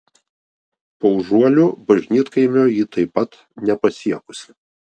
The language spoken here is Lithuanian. paužuolių bažnytkaimio ji taip pat nepasiekusi